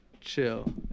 chill